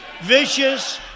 vicious